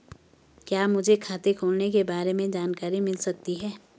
क्या मुझे खाते खोलने के बारे में जानकारी मिल सकती है?